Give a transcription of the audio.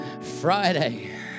Friday